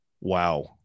Wow